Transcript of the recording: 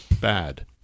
Bad